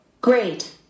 Great